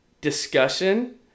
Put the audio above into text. discussion